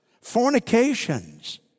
fornications